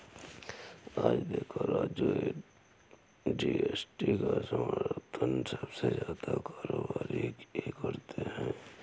आज देखो राजू जी.एस.टी का समर्थन सबसे ज्यादा कारोबारी ही करते हैं